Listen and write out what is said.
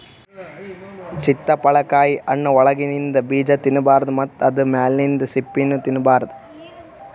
ಚಿತ್ತಪಳಕಾಯಿ ಹಣ್ಣ್ ಒಳಗಿಂದ ಬೀಜಾ ತಿನ್ನಬಾರ್ದು ಮತ್ತ್ ಆದ್ರ ಮ್ಯಾಲಿಂದ್ ಸಿಪ್ಪಿನೂ ತಿನ್ನಬಾರ್ದು